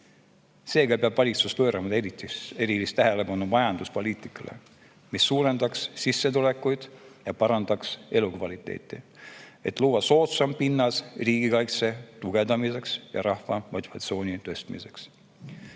Seega peab valitsus pöörama erilist tähelepanu majanduspoliitikale, mis suurendaks sissetulekuid ja parandaks elukvaliteeti, et luua soodsam pinnas riigikaitse tugevdamiseks ja rahva motivatsiooni tõstmiseks.